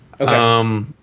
Okay